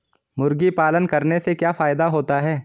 मुर्गी पालन करने से क्या फायदा होता है?